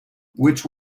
which